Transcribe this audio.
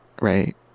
Right